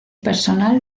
personal